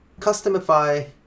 customify